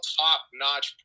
top-notch